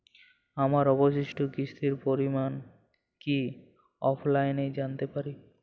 আমার অবশিষ্ট কিস্তির পরিমাণ কি অফলাইনে জানতে পারি?